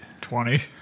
Twenty